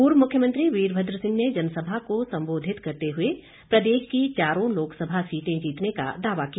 पूर्व मुख्यमंत्री वीरभद्र सिंह ने जनसभा को संबोधित करते हुए प्रदेश की चारों लोकसभा सीटे जीतने का दावा किया